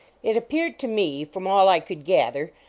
it appeared to me, from all i could gather,